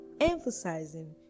emphasizing